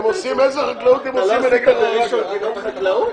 הערוגות של הקנביס.